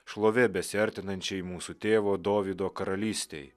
šlovė besiartinančiai mūsų tėvo dovydo karalystei